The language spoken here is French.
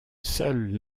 seule